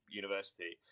university